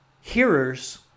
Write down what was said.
hearers